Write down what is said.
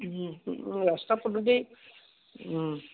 ৰাস্তা পদূলি